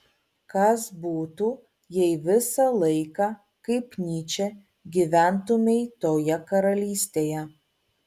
kas būtų jei visą laiką kaip nyčė gyventumei toje karalystėje